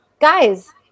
Guys